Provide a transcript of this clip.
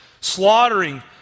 slaughtering